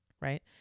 right